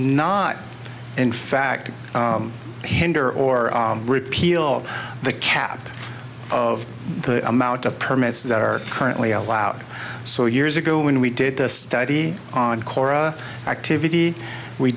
not in fact hinder or repeal the cap of the amount of permits that are currently allowed so years ago when we did the study ancora activity we